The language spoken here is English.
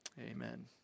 amen